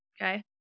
okay